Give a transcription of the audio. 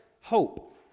hope